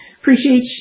Appreciate